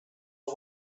our